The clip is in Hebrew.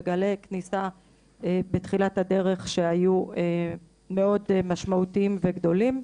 וגלי כניסה בתחילת הדרך שהיו מאוד משמעותיים וגדולים.